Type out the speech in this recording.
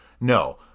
no